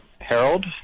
Harold